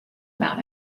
about